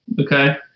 okay